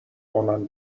آنان